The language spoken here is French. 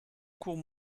cours